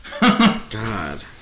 God